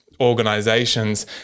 organizations